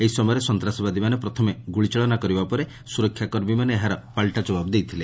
ଏହି ସମୟରେ ସନ୍ତାସବାଦୀମାନେ ପ୍ରଥମେ ଗୁଳି ଚାଳନା କରିବା ପରେ ସୁରକ୍ଷା କର୍ମୀମାନେ ଏହାର ପାଲଟା ଜବାବ୍ ଦେଇଥିଲେ